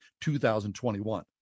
2021